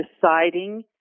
deciding